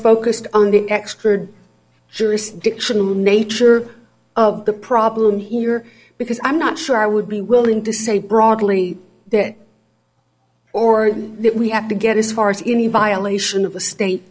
focused on the expert jurisdictional nature of the problem here because i'm not sure i would be willing to say broadly that or do we have to get as far as any violation of the state